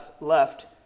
left